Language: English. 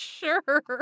Sure